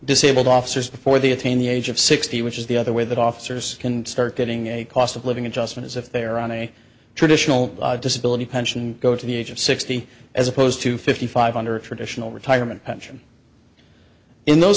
disabled officers before the attain the age of sixty which is the other way that officers can start getting a cost of living adjustments if they are on a traditional disability pension go to the age of sixty as opposed to fifty five hundred traditional retirement pension in those